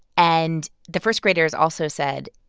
and the first graders also said,